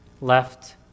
left